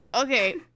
Okay